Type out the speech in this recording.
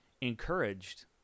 encouraged